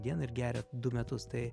dieną ir geria du metus tai